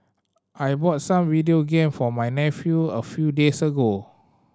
I bought some video game for my nephew a few days ago